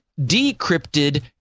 decrypted